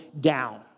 down